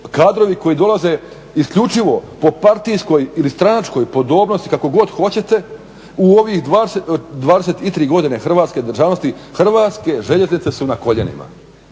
Kadrovi koji dolaze isključivo po partijskoj ili stranačkoj podobnosti, kako god hoćete, u ovih 23 godine hrvatske državnosti Hrvatske željeznice su na koljenima.